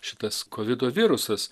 šitas kovido virusas